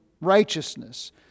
righteousness